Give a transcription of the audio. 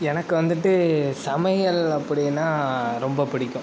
எனக்கு வந்துட்டு சமையல் அப்படின்னா ரொம்ப பிடிக்கும்